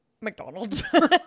McDonald's